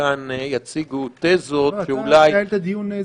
כאן יציגו תזות שאולי --- אתה תנהל את הדיון,